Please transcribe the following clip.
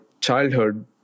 childhood